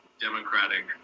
democratic